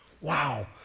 Wow